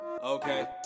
Okay